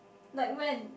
like when